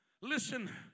Listen